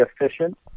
efficient